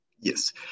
Yes